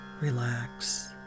relax